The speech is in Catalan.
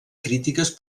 crítiques